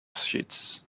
sheets